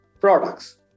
products